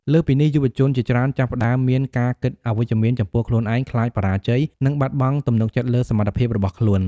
លើសពីនេះ យុវជនជាច្រើនចាប់ផ្ដើមមានការគិតអវិជ្ជមានចំពោះខ្លួនឯង ខ្លាចបរាជ័យ និងបាត់បង់ទំនុកចិត្តលើសមត្ថភាពរបស់ខ្លួន។